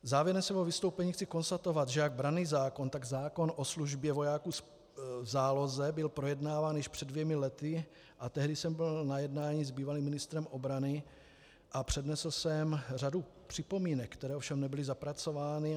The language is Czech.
Závěrem svého vystoupení chci konstatovat, že jak branný zákon, tak zákon o službě vojáků v záloze byl projednáván již před dvěma lety, a tehdy jsem byl na jednání s bývalým ministrem obrany a přednesl jsem řadu připomínek, které ovšem nebyly zapracovány.